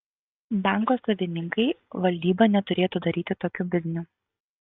banko savininkai valdyba neturėtų daryti tokių biznių